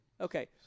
Okay